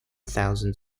thousand